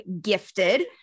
Gifted